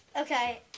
okay